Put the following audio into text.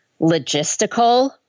logistical